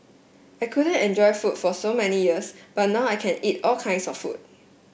I couldn't enjoy food for so many years but now I can eat all kinds of food